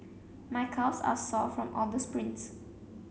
my calves are sore from all the sprints